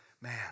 man